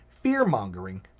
fear-mongering